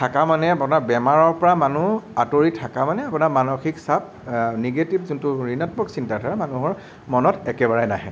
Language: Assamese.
থকা মানে আপোনাৰ বেমাৰৰপৰা মানুহ আঁতৰি থকা মানে আপোনাৰ মানসিক চাপ নিগেটিভ যোনটো ঋণাত্মক চিন্তাধাৰা মানুহৰ মনত একেবাৰেই নাহে